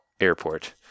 airport